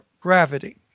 Gravity